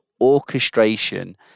orchestration